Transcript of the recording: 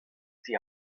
die